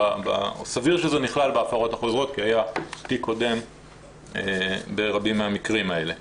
וסביר שזה נכלל בהפרות החוזרות כי היה תיק קודם ברבים מהמקרים האלה.